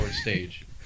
stage